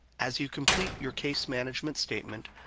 as you complete your case management statement,